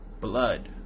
Blood